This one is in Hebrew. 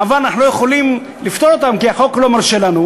אבל אנחנו לא יכולים לפטור אותם כי החוק לא מרשה לנו,